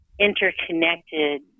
interconnected